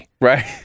Right